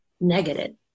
negative